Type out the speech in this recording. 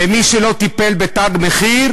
ומי שלא טיפל ב"תג מחיר"